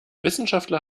wissenschaftler